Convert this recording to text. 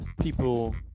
people